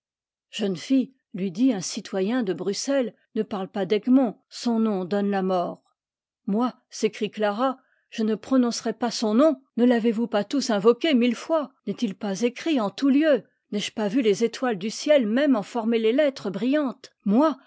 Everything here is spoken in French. jeune fille lui dit un citoyen de bruxelles ne parle pas d'egmont son nom donne la mort moi s'é crie clara je ne prononcerais pas son nom ne l'avez-vous pas tous invoqué mille fuis n'est-il pas écrit en tout lieu n'ai-je pas vu les étoiles du ciel même en former les lettres brillantes moi